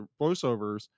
voiceovers